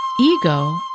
Ego